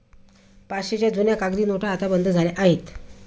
पाचशेच्या जुन्या कागदी नोटा आता बंद झाल्या आहेत